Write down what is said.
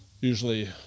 Usually